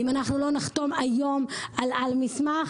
אם אנחנו לא נחתום היום על מסמך,